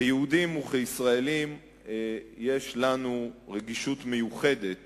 כיהודים וכישראלים יש לנו רגישות מיוחדת